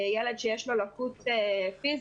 ילד שיש לו לקות פיזית,